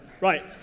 Right